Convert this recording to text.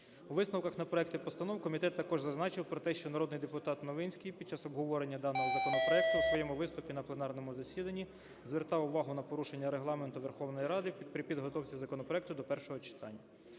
У висновках на проекті постанов комітет також зазначив про те, що народний депутат Новинський під час обговорення даного законопроекту у своєму виступі на пленарному засіданні звертав увагу на порушення Регламенту Верховної Ради при підготовці законопроекту до першого читання.